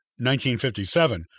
1957